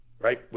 right